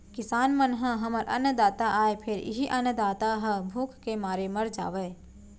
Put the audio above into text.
किसान मन ह हमर अन्नदाता आय फेर इहीं अन्नदाता ह भूख के मारे मर जावय